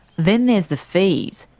then there's the fees.